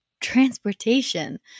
transportation